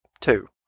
two